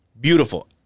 Beautiful